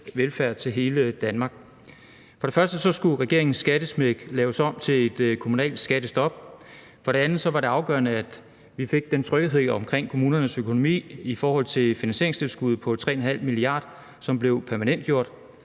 velfærd til hele Danmark. For det første skulle regeringens skattesmæk laves om til et kommunalt skattestop. For det andet var det afgørende, at vi fik den tryghed omkring kommunernes økonomi i forhold til finansieringstilskuddet på 3,5 mia. kr., som blev permanentgjort.